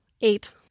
Eight